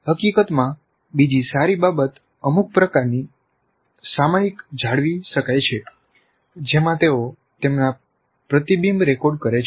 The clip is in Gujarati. હકીકતમાં બીજી સારી બાબત અમુક પ્રકારની સામાયિક જાળવી શકાયછે જેમાં તેઓ તેમના પ્રતિબિંબ રેકોર્ડ કરે છે